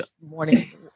morning